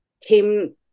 came